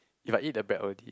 if I eat the bread already